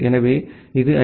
எனவே இது ஐ